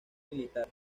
militar